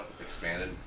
expanded